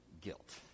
guilt